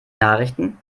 nachrichten